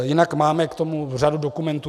Jinak máme k tomu řadu dokumentů.